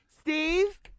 Steve